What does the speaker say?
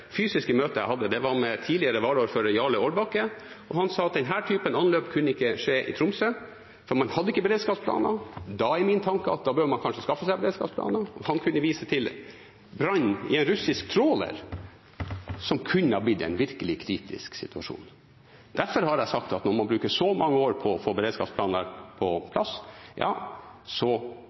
fysiske møtet jeg hadde, som var med tidligere varaordfører Jarle Aarbakke, sa han at denne typen anløp ikke kunne skje i Tromsø, for man hadde ikke beredskapsplaner. Da var min tanke at man kanskje burde skaffe seg beredskapsplaner. Han kunne vise til brann i en russisk tråler som kunne blitt en virkelig kritisk situasjon. Derfor har jeg sagt at når man har brukt så mange år på å få beredskapsplaner på plass, ja, så